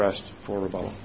rest for a little